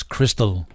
Crystal